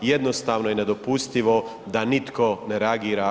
Jednostavno je nedopustivo da nitko ne reagira.